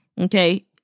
okay